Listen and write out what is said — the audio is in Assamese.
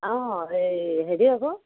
অঁ এই হেৰি আকৌ